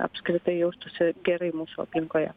apskritai jaustųsi gerai mūsų aplinkoje